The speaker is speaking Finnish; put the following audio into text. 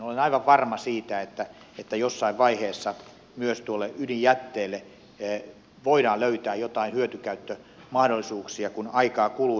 olen aivan varma siitä että jossain vaiheessa myös tuolle ydinjätteelle voidaan löytää joitain hyötykäyttömahdollisuuksia kun aikaa kuluu